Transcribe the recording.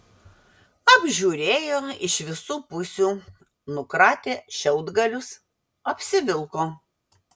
apžiūrėjo iš visų pusių nukratė šiaudgalius apsivilko